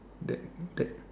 that that